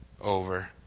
over